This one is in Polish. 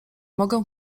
mogę